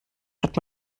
hat